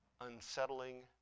unsettling